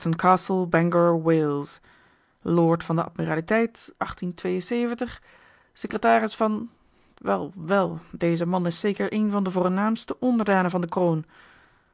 lord van de admiraliteit secretaris van wel wel deze man is zeker een van de voornaamste onderdanen van de kroon